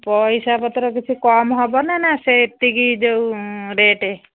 ପଇସା ପତ୍ର କିଛି କମ ହେବ ନା ନା ସେ ଏତିକି ଯୋଉ ରେଟ୍